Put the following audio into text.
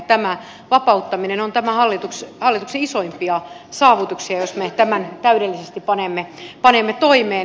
tämä vapauttaminen on hallituksen isoimpia saavutuksia jos me tämän täydellisesti panemme toimeen